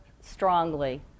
strongly